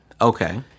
Okay